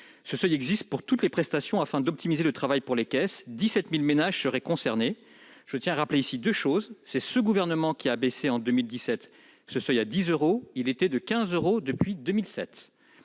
Ce seuil existe pour toutes les prestations, afin d'optimiser le travail des caisses ; 17 000 ménages seraient concernés. Je tiens à rappeler deux choses : c'est ce gouvernement qui, en 2017, a abaissé ce seuil à 10 euros, contre 15 euros depuis 2007